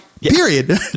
period